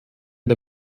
der